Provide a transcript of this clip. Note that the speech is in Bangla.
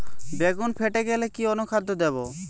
বেগুন ফেটে গেলে কি অনুখাদ্য দেবো?